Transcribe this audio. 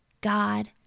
God